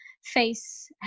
face